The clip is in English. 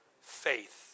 faith